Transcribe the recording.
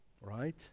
right